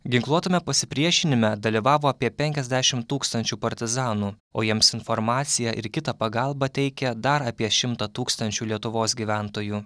ginkluotame pasipriešinime dalyvavo apie penkiasdešim tūkstančių partizanų o jiems informaciją ir kitą pagalbą teikė dar apie šimtą tūkstančių lietuvos gyventojų